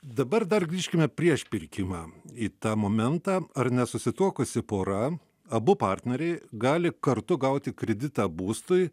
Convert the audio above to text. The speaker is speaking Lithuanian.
dabar dar grįžkime prieš pirkimą į tą momentą ar nesusituokusi pora abu partneriai gali kartu gauti kreditą būstui